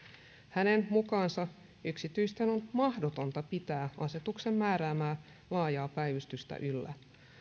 hänen mukaansa yksityisten on mahdotonta pitää asetuksen määräämää laajaa päivystystä yllä